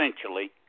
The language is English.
essentially